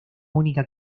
única